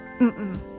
Mm-mm